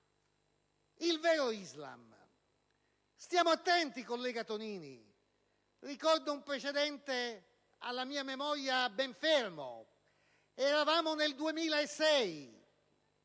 tale ambiguità. Stiamo attenti, collega Tonini. Ricordo un precedente alla mia memoria ben fermo. Eravamo nel 2006,